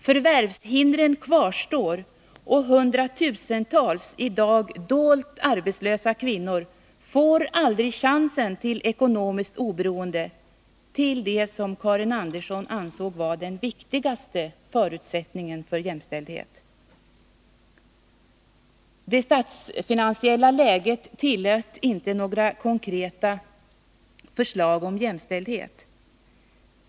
Förvärvshindren kvarstår, och hundratusentals i dag dolt arbetslösa kvinnor får aldrig chansen till ekonomiskt oberoende — till det som Karin Andersson ansåg vara den viktigaste förutsättningen för jämställdhet. Detsstatsfinansiella läget tillät inte några konkreta förslag om jämställdhet.